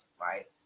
right